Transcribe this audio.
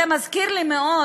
זה מזכיר לי מאוד,